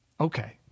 okay